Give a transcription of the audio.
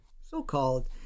so-called